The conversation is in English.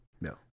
No